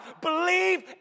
Believe